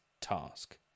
task